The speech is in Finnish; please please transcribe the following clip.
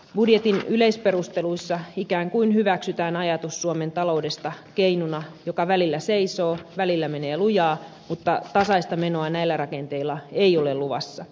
budjetin yleisperusteluissa ikään kuin hyväksytään ajatus suomen taloudesta keinuna joka välillä seisoo välillä menee lujaa mutta tasaista menoa näillä rakenteilla ei ole luvassa